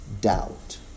doubt